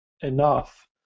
enough